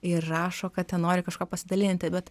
ir rašo kad ten nori kažkuo pasidalinti bet